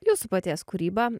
jūsų paties kūrybą